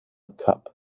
cup